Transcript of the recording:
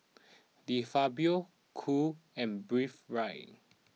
De Fabio Cool and Breathe Right